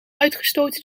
uitgestoten